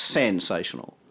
sensational